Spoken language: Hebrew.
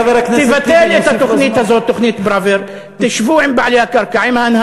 שרוצים, תשב עם האנשים, חברי בימין, אז תחליט.